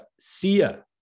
Sia